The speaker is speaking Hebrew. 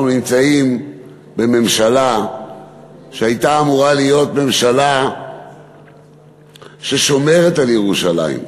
אנחנו נמצאים בממשלה שהייתה אמורה להיות ממשלה ששומרת על ירושלים,